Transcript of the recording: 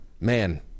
man